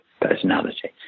personality